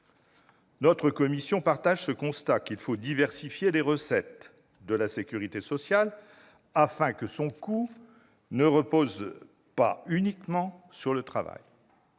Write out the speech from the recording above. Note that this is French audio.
Notre commission partage le constat selon lequel il convient de diversifier les recettes de la sécurité sociale, afin que son coût ne repose pas uniquement sur le travail.